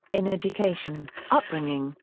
in education, upbringing,